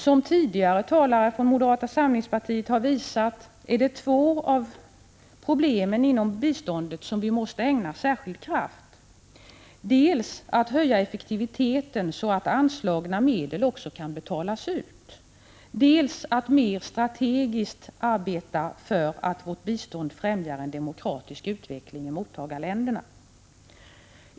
Som tidigare talare från moderata samlingspartiet har visat är två av de insatser inom biståndet som vi måste ägna särskild kraft åt dels att höja effektiviteten, så att anslagna medel också kan betalas ut, dels att mer strategiskt arbeta för att vårt bistånd främjar en demokratisk utveckling i mottagarländerna.